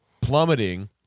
plummeting